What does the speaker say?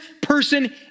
person